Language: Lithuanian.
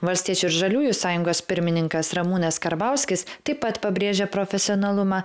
valstiečių ir žaliųjų sąjungos pirmininkas ramūnas karbauskis taip pat pabrėžia profesionalumą